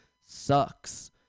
sucks